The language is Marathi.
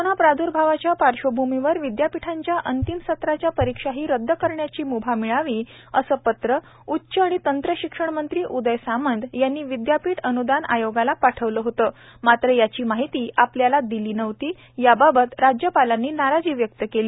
कोरोना प्रादर्भावाच्या पार्श्वभूमीवर विद्यापीठांच्या अंतिम सत्राच्या परीक्षाही रद्द करण्याची म्भा मिळावी असं पत्र उच्च आणि तंत्र शिक्षण मंत्री उदय सामंत यांनी विद्यापीठ अन्दान आयोगाला पाठवलं होतं मात्र याची माहीती आपल्याला दिली नव्हती याबाबत राज्यपालांनी नाराजी व्यक्त केली